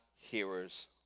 hearers